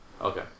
Okay